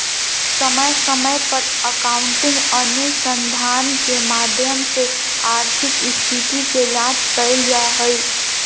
समय समय पर अकाउन्टिंग अनुसंधान के माध्यम से आर्थिक स्थिति के जांच कईल जा हइ